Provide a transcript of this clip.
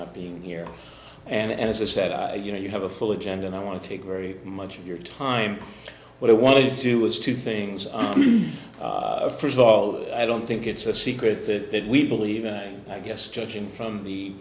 not being here and as i said you know you have a full agenda and i want to take very much of your time what i want to do is two things first of all i don't think it's a secret that we believe and i guess judging from the